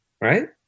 Right